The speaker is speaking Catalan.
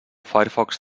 firefox